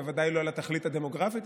בוודאי לא על התכלית הדמוגרפית,